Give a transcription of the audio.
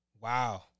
Wow